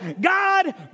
God